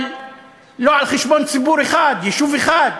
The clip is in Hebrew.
אבל לא על חשבון ציבור אחד, יישוב אחד,